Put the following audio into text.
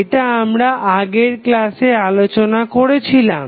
এটা আমরা আগের ক্লাসে আলোচনা করেছিলাম